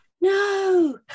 no